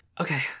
okay